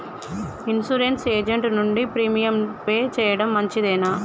Insurance agent నుండి premium pay చేయడం మంచిదేనా?